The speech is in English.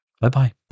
Bye-bye